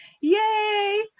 Yay